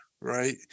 right